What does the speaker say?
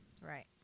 Right